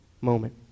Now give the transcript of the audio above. moment